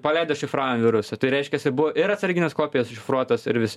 paleido šifravimo virusą tai reiškiasi buvo ir atsarginės kopijos iššifruotos ir vis